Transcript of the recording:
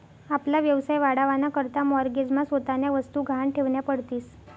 आपला व्यवसाय वाढावा ना करता माॅरगेज मा स्वतःन्या वस्तु गहाण ठेवन्या पडतीस